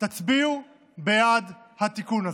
תצביעו בעד התיקון הזה,